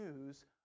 news